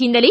ಹಿನ್ನೆಲೆ